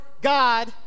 God